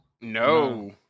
no